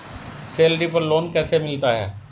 Salary पर loan कैसे मिलता है?